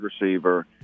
receiver